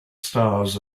stars